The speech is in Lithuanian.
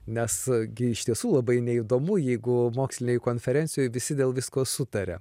nes gi iš tiesų labai neįdomu jeigu mokslinėj konferencijoj visi dėl visko sutaria